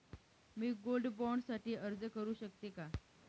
मी gold bond साठी अर्ज करु शकते का?